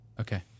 Okay